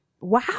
Wow